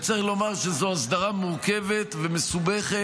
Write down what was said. וצריך לומר שזו אסדרה מורכבת ומסובכת